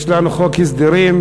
יש לנו חוק הסדרים.